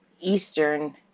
Eastern